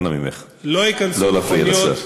אנא ממך, לא להפריע לשר.